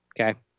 Okay